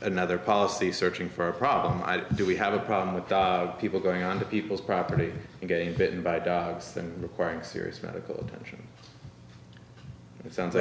another policy searching for a problem i do we have a problem with people going on to people's property again bitten by dogs that requiring serious medical attention it sounds